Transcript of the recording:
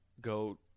go